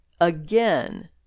Again